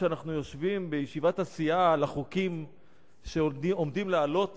כשאנחנו יושבים בישיבת הסיעה על החוקים שעומדים לעלות